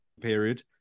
period